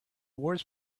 wars